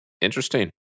interesting